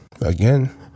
again